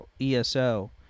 ESO